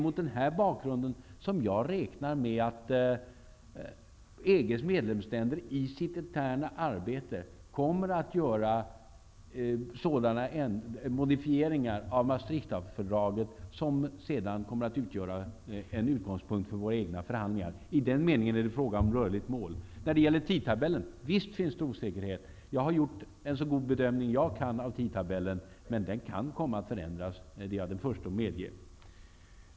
Mot denna bakgrund räknar jag med att EG:s medlemsländer i sitt arbete kommer att göra sådana modifieringar av Maastrichtfördraget som kommer att vara en utgångspunkt för våra egna förhandlingar. I den meningen är det fråga om ett rörligt mål. Visst finns det osäkerhet kring tidtabellen. Jag har gjort en så god bedömning som jag kan av tidtabellen, men den kan komma att förändras. Det är jag den första att medge.